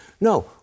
No